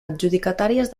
adjudicatàries